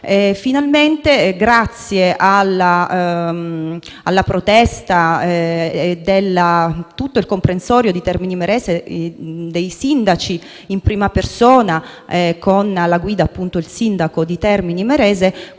Finalmente, grazie alla protesta di tutto il comprensorio di Termini Imerese, dei sindaci in prima persona con la guida del sindaco di Termini Imerese,